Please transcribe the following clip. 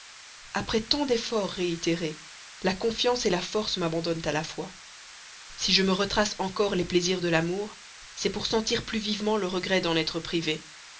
après tant d'efforts réitérés la confiance la force m'abandonnent à la fois si je me retrace encore les plaisirs de l'amour c'est pour sentir plus vivement le regret d'en être privé